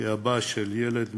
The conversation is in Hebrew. כאבא של ילד מאומץ,